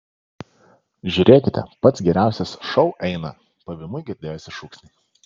žiūrėkite pats geriausias šou eina pavymui girdėjosi šūksniai